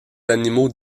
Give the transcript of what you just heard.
animaux